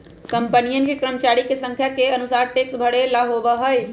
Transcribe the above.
कंपनियन के कर्मचरिया के संख्या के अनुसार टैक्स भरे ला होबा हई